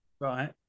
Right